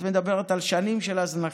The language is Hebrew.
את מדברת על שנים של הזנחה,